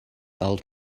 old